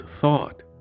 thought